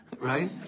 Right